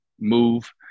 move